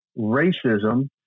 Racism